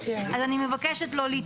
אז אני מבקשת לא להתפרץ.